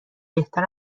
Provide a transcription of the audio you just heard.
بهتر